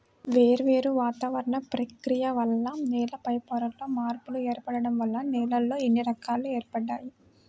వేర్వేరు వాతావరణ ప్రక్రియల వల్ల నేల పైపొరల్లో మార్పులు ఏర్పడటం వల్ల నేలల్లో ఇన్ని రకాలు ఏర్పడినియ్యి